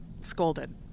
scolded